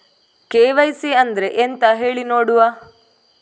KYC ಅಂದ್ರೆ ಎಂತ ಹೇಳಿ ನೋಡುವ?